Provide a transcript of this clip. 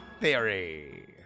theory